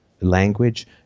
language